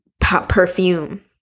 perfume